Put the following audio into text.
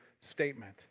statement